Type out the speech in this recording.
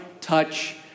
touch